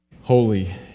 Holy